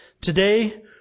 Today